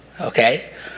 okay